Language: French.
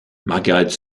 margaret